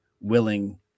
willing